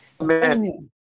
Amen